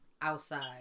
outside